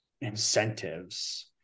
incentives